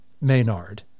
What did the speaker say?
Maynard